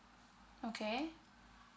okay